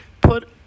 Put